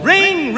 Ring